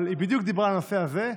אבל היא בדיוק דיברה על הנושא הזה,